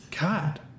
God